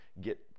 get